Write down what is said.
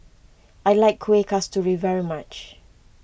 I like Kueh Kasturi very much